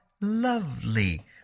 lovely